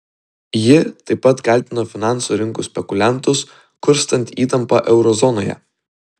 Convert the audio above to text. ji taip pat kaltino finansų rinkų spekuliantus kurstant įtampą euro zonoje